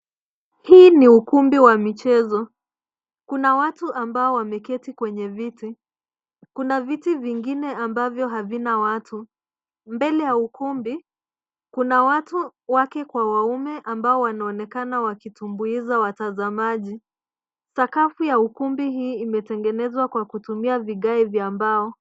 Hii ni ukumbi wa michezo. Kuna watu ambao wa meketi kwenye viti. Kuna viti vingine ambavyo havina watu. Mbeli ya ukumbi, kuna watu wake kwa waume ambao wanaonekana wakitumbuiza watazamaji. Sakafu ya ukumbi hii imetengenezwa kwa kutumia vigae vya ambao.